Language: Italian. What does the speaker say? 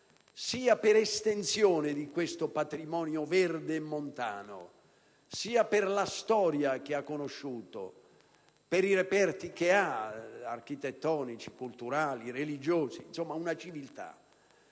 sia per l'estensione del patrimonio verde e montano, sia per la storia che ha conosciuto, per i reperti architettonici, culturali, religiosi, insomma per la civiltà.